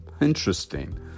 Interesting